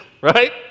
right